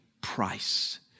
price